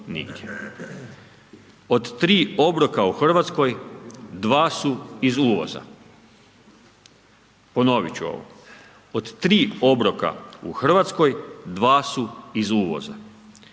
Od tri obroka u Hrvatskoj, dva su iz uvoza, ponovit ću ovo. Od tri obroka u Hrvatskoj, dva su iz uvoza.